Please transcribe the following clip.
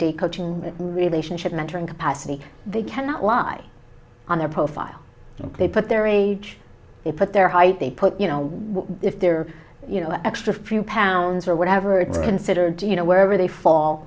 day coaching relationship mentoring capacity they cannot lie on their profile they put their age they put their height they put you know what if they're extra few pounds or whatever it's considered you know wherever they fall